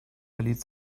verließ